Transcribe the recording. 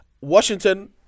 Washington